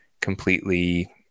completely